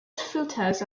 filters